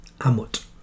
Amut